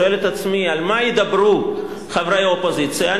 שואל את עצמי על מה ידברו חברי האופוזיציה,